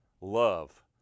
Love